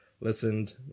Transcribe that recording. listened